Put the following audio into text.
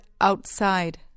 outside